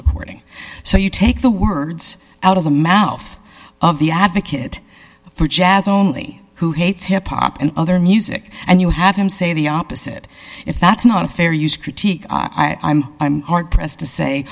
reporting so you take the words out of the mouth of the advocate for jazz only who hates hip hop and other music and you have him say the opposite if that's not a fair use critique i'm hard pressed to say